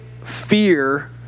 fear